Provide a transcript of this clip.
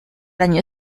año